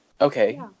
okay